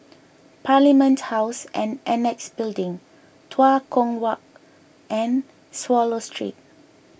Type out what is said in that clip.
Parliament House and Annexe Building Tua Kong Walk and Swallow Street